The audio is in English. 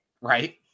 right